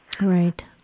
Right